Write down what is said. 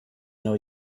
know